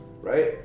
Right